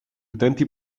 utenti